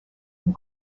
and